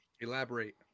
elaborate